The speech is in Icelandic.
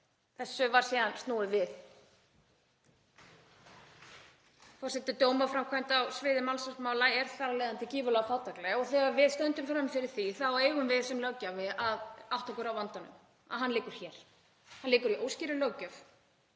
Þessu var snúið við. Dómaframkvæmd á sviði mansalsmála er þar af leiðandi gífurlega fátækleg og þegar við stöndum frammi fyrir því þá eigum við sem löggjafi að átta okkur á vandanum, að hann liggur hér. Hann liggur í óskýrri löggjöf